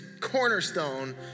cornerstone